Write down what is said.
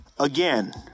Again